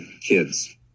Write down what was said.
kids